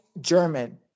German